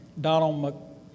Donald